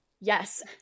yes